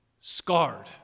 scarred